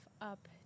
up